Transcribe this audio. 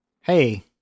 Hey